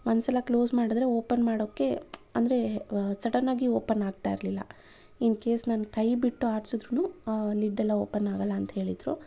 ಒಂದು ಸಲ ಕ್ಲೋಸ್ ಮಾಡಿದ್ರೆ ಓಪನ್ ಮಾಡೋಕ್ಕೆ ಅಂದರೆ ಸಡನ್ ಆಗಿ ಓಪನ್ ಆಗ್ತಾ ಇರಲಿಲ್ಲ ಇನ್ ಕೇಸ್ ನಾನು ಕೈ ಬಿಟ್ಟು ಆಡ್ಸದ್ರು ಲಿಡ್ಡೆಲ್ಲ ಓಪನ್ ಆಗಲ್ಲ ಅಂತ ಹೇಳಿದರು